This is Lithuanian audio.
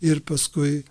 ir paskui